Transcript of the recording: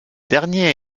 derniers